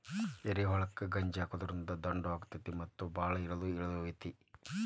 ಏರಿಹೊಲಕ್ಕ ಗಜ್ರಿ ಹಾಕುದ್ರಿಂದ ದುಂಡು ಅಕೈತಿ ಮತ್ತ ಬಾಳ ಇಳದು ಇಳಿತೈತಿ